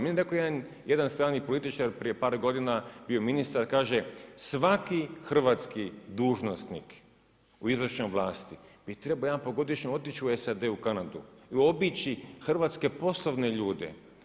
Meni je rekao jedan strani političar prije par godina, bio je ministar, kaže svaki hrvatski dužnosnik u izvršnoj vlasti bi trebao jedanput godišnje otići u SAD, u Kanadu i obići hrvatske poslovne ljude.